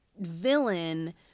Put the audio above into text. villain